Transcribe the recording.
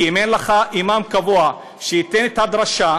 כי אם אין לך אימאם קבוע שייתן את הדרשה,